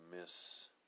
miss